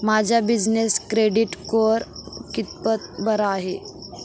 माझा business credit score कितपत बरा आहे?